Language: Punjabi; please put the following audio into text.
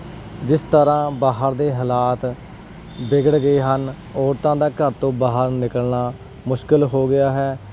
ਜਿਸ ਤਰ੍ਹਾਂ ਬਾਹਰ ਦੇ ਹਾਲਾਤ ਵਿਗੜ ਗਏ ਹਨ ਔਰਤਾਂ ਦਾ ਘਰ ਤੋਂ ਬਾਹਰ ਨਿਕਲਣਾ ਮੁਸ਼ਕਿਲ ਹੋ ਗਿਆ ਹੈ